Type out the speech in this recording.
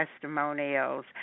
testimonials